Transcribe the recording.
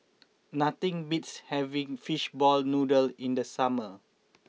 nothing beats having Fishball Noodle in the summer